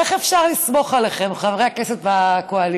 איך אפשר לסמוך עליכם, חברי הכנסת מהקואליציה?